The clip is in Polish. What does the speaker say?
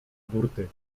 burty